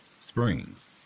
Springs